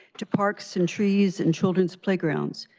to parks and trees and children's playgrounds.